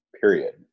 period